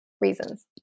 reasons